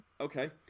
Okay